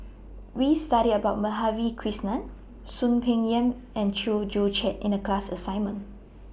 We studied about Madhavi Krishnan Soon Peng Yam and Chew Joo Chiat in The class assignment